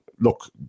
look